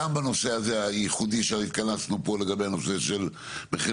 גם בנושא הייחודי הזה שהתכנסנו פה לגבי הנושא של מחיר